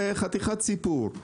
זה חתיכת סיפור.